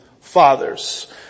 fathers